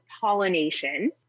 pollination